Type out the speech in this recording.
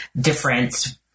difference